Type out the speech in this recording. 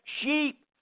sheep